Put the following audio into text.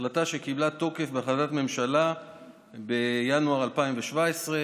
החלטה שקיבלה תוקף בהחלטת ממשלה בינואר 2017,